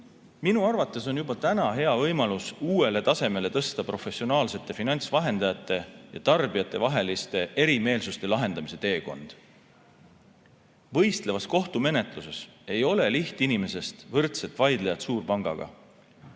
Minu arvates on juba täna hea võimalus tõsta professionaalsete finantsvahendajate ja tarbijate vaheliste erimeelsuste lahendamise teekond uuele tasemele. Võistlevas kohtumenetluses ei ole lihtinimesest võrdset vaidlejat suurpangaga,